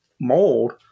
mold